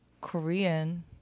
Korean